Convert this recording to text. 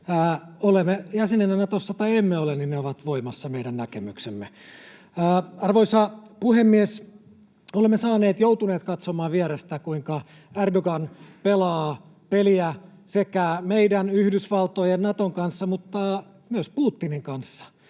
olemme jäsenenä Natossa tai emme ole, ovat sitten voimassa. Arvoisa puhemies! Olemme joutuneet katsomaan vierestä, kuinka Erdoğan pelaa peliä sekä meidän, Yhdysvaltojen ja Naton kanssa että myös Putinin kanssa.